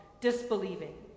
disbelieving